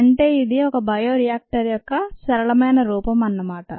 అంటే ఇది ఒక బయోరియాక్టర్ యొక్క సరళమైన రూపం అన్నమాట